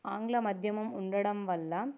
ఆంగ్ల మధ్యమం ఉండడం వల్ల